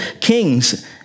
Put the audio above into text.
kings